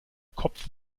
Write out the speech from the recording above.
kopf